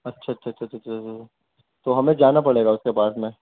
اچھا اچھا اچھا اچھا اچھا تو ہمیں جانا پڑے گا اس کے پاس میں